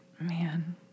Man